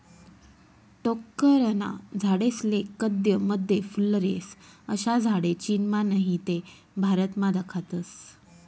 टोक्करना झाडेस्ले कदय मदय फुल्लर येस, अशा झाडे चीनमा नही ते भारतमा दखातस